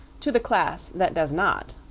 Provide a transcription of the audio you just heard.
to the class that does not.